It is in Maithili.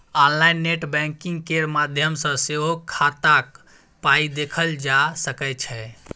आनलाइन नेट बैंकिंग केर माध्यम सँ सेहो खाताक पाइ देखल जा सकै छै